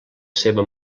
seva